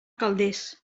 calders